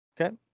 Okay